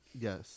Yes